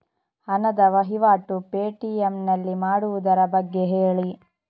ಹಣದ ವಹಿವಾಟು ಪೇ.ಟಿ.ಎಂ ನಲ್ಲಿ ಮಾಡುವುದರ ಬಗ್ಗೆ ಹೇಳಿ